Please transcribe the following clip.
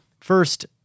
first